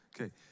Okay